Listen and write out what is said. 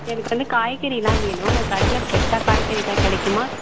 எனக்கு வந்து காய்கறியெலாம் வேணும் உங்க கடையில் ஃப்ரெஷாக காய்கறி ஏதா கிடைக்குமா